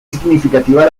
significativa